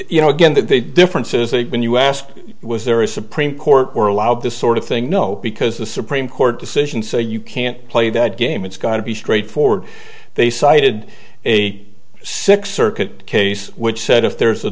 you know again that the difference is that when you ask was there a supreme court or allowed this sort of thing no because the supreme court decision say you can't play that game it's got to be straightforward they cited a six circuit case which said if there's a